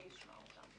אז אני אשמע אותם.